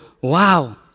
Wow